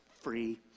free